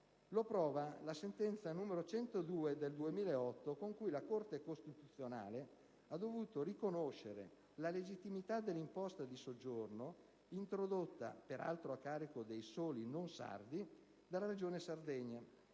Lo prova la sentenza n. 102 del 2008, con cui la Corte costituzionale ha dovuto riconoscere la legittimità dell'imposta di soggiorno introdotta, peraltro a carico dei soli non sardi, dalla Regione Sardegna.